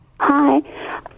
Hi